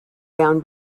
down